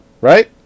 right